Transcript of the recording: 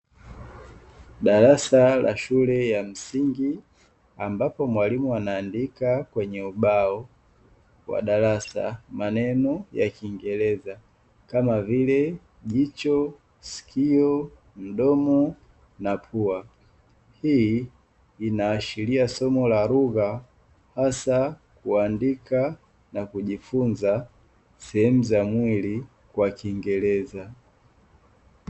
Darasa la shule ya msingi ambapo mwalimu anaandika kwenye ubao wa darasa maneno ya kiingereza kama vile jicho, sikio, mdomo, na pua, hii inaashiria somo la lugha hasa kuandika na kujifunza sehemu za mwili kwa kiingereza.